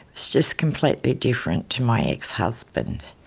just completely different to my ex-husband.